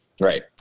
Right